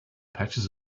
patches